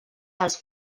dels